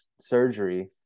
surgery